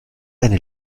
eine